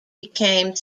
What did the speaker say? became